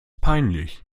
peinlich